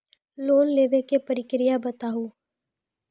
Loan लेवे के प्रक्रिया बताहू?